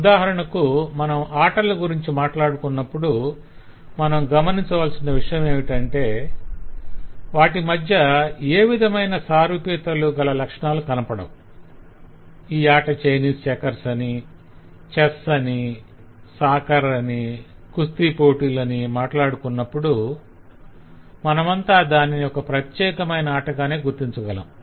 ఉదాహరణకు మనం ఆటల గురించి మాట్లాడుకున్నప్పుడు మనం గమనించవలసిన విషయమేమిటంటే వాటి మధ్య ఏవిధమైన సారూప్యతలుగల లక్షణాలు కనపడవు ఈ ఆట చైనీస్ చెక్కర్స్ అని చెస్ అని సాకర్ అని కుస్తీ పోటీలని మాట్లాడుకున్నప్పుడు మనమంతా దానిని ఒక ప్రత్యేకమైన ఆటగానే గుర్తించగలం